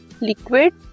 liquid